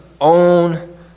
own